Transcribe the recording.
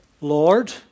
Lord